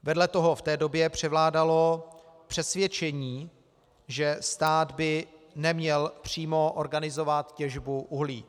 Vedle toho v té době převládalo přesvědčení, že stát by neměl přímo organizovat těžbu uhlí.